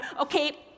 Okay